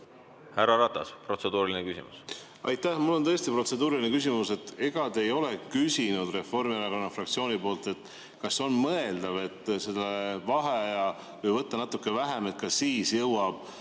Härra Ratas, protseduuriline küsimus.